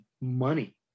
money